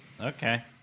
Okay